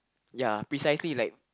ya precisely like